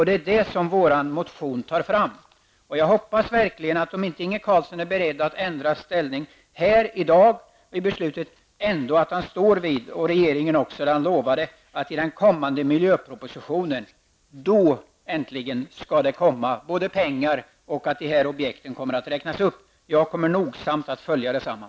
Det är det vår motion tar fram. Jag hoppas verkligen, om Inge Carlsson inte är beredd att ändra inställning vid beslutet här i dag, att han och regeringen står vid löftet att det i den kommande miljöpropositionen äntligen skall komma både pengar till och förslag om att dessa projekt räknas upp. Jag kommer att nogsamt följa ärendet.